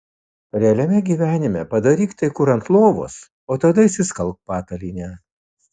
realiame gyvenime padaryk tai kur ant lovos o tada išsiskalbk patalynę